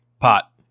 Pot